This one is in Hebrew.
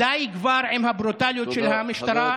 די כבר עם הברוטליות של המשטרה.